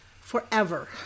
forever